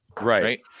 Right